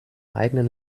eigenen